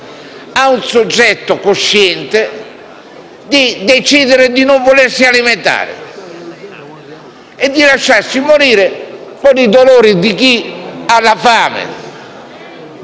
a un soggetto cosciente di decidere di non volersi alimentare e di lasciarsi morire con i dolori di chi ha fame;